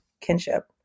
kinship